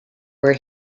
where